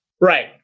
right